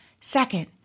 Second